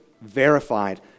verified